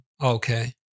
Okay